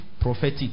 prophetic